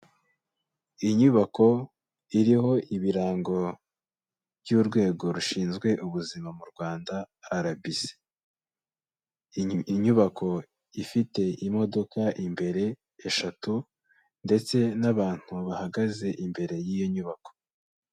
Iyi nyubako iriho ibirango by'urwego rushinzwe ubuzima mu Rwanda RBC. Inyubako ifite imodoka imbere eshatu ndetse n'abantu bahagaze imbere y'iyo nyubako.